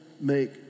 make